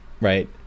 Right